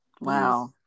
Wow